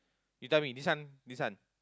you tell me this one this one